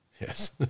yes